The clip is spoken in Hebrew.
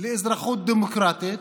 לאזרחות דמוקרטית,